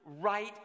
right